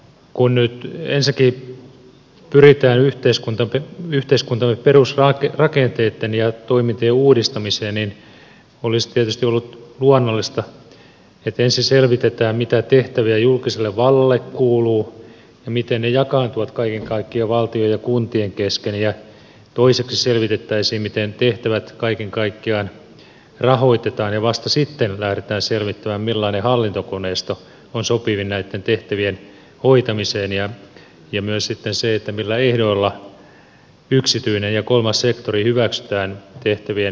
kun nyt ensinnäkin pyritään yhteiskuntamme perusrakenteitten ja toimintojen uudistamiseen niin olisi tietysti ollut luonnollista että ensin selvitetään mitä tehtäviä julkiselle vallalle kuuluu ja miten ne jakaantuvat kaiken kaikkiaan valtion ja kuntien kesken ja toiseksi selvitettäisiin miten tehtävät kaiken kaikkiaan rahoitetaan ja vasta sitten lähdetään selvittämään millainen hallintokoneisto on sopivin näitten tehtävien hoitamiseen ja myös sitten se millä ehdoilla yksityinen ja kolmas sektori hyväksytään tehtävien suorittamiseen